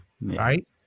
right